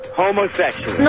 homosexual